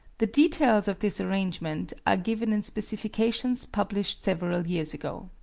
the details of this arrangement are given in specifications published several years ago.